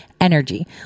energy